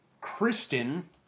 Kristen